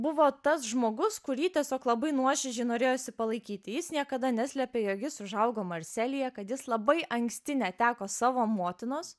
buvo tas žmogus kurį tiesiog labai nuoširdžiai norėjosi palaikyti jis niekada neslepia jog jis užaugo marselyje kad jis labai anksti neteko savo motinos